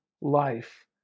life